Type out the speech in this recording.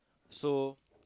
so